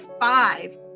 five